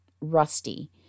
rusty